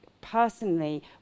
personally